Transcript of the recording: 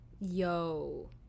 Yo